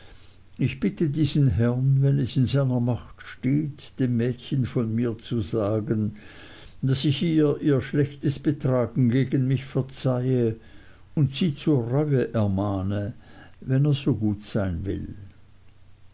ich bitte diesen herrn wenn es in seiner macht steht dem mädchen von mir zu sagen daß ich ihr ihr schlechtes betragen gegen mich verzeihe und sie zur reue ermahne wenn er so gut sein will